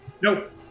nope